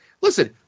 listen